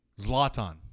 Zlatan